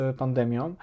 pandemią